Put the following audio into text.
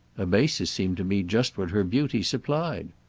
a basis seemed to me just what her beauty supplied.